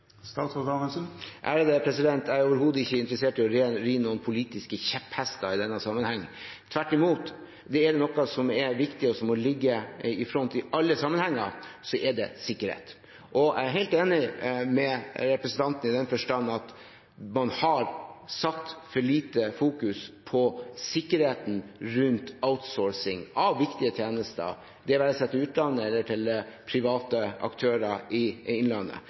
Jeg er overhodet ikke interessert i å ri noen politiske kjepphester i denne sammenhengen. Tvert imot, er det noe som er viktig, og som må ligge i front i alle sammenhenger, så er det sikkerhet. Jeg er helt enig med representanten i den forstand at man har satt for lite fokus på sikkerheten ved outsourcing av viktige tjenester – det være seg til utlandet eller til private aktører innenlands. Vi er nødt til å ha den sikkerheten i